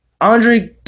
andre